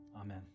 Amen